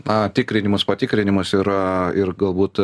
na tikrinimus patikrinimus yra ir galbūt